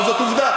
אבל זאת עובדה.